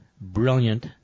brilliant